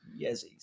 Yeezys